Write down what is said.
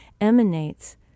emanates